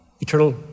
eternal